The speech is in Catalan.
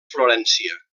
florència